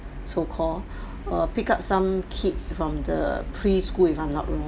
so call err pick up some kids from the preschool if I'm not wrong